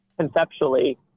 conceptually